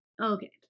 Okay